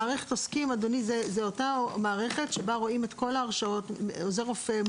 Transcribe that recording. מערכת העוסקים זו אותה מערכת שבה רואים את כל ההרשאות: עוזר רופא,